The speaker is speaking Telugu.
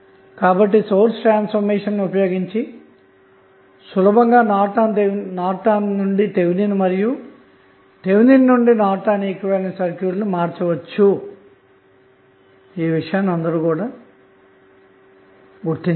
కాబట్టి సోర్స్ ట్రాన్స్ఫార్మేషన్ ను ఉపయోగించి సులభంగా నార్టన్ నుండి థెవెనిన్ మరియు థెవెనిన్ నుండి నార్టన్ ఈక్వివలెంట్ సర్క్యూట్లు మార్చవచ్చు అన్న మాట